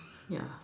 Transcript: yeah